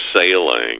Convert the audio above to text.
sailing